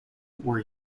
were